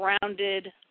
grounded